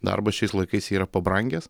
darbas šiais laikais yra pabrangęs